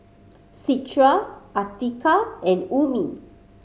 Citra Atiqah and Ummi